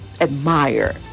admire